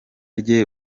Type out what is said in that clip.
rye